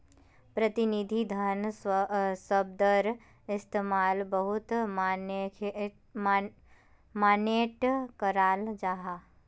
प्रतिनिधि धन शब्दर इस्तेमाल बहुत माय्नेट कराल जाहा